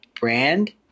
brand